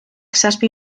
zazpi